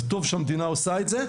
וטוב שהמדינה עושה את זה,